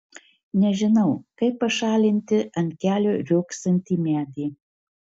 nežinau kaip pašalinti ant kelio riogsantį medį